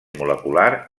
molecular